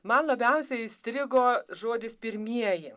man labiausiai įstrigo žodis pirmieji